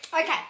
Okay